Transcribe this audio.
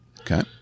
Okay